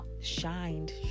shined